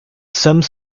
some